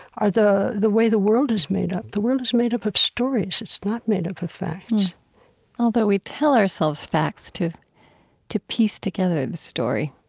are the the way the world is made up. the world is made up of stories it's not made up of facts although we tell ourselves facts to to piece together the story